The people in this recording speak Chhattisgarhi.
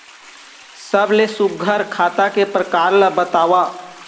सबले सुघ्घर खाता के प्रकार ला बताव?